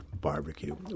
barbecue